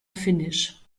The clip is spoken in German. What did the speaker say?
finnisch